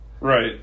Right